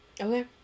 Okay